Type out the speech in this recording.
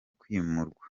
kwimurwa